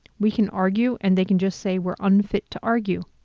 we can argue and they can just say we're unfit to argue.